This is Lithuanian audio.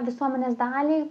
visuomenės dalį